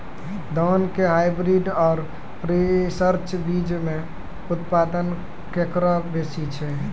धान के हाईब्रीड और रिसर्च बीज मे उत्पादन केकरो बेसी छै?